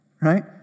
right